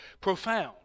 profound